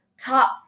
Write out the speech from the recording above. top